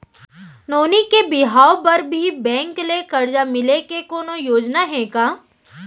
नोनी के बिहाव बर भी बैंक ले करजा मिले के कोनो योजना हे का?